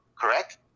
correct